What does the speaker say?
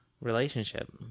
Relationship